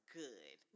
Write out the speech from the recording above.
good